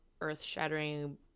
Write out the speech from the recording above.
earth-shattering